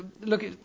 Look